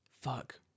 fuck